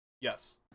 yes